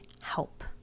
help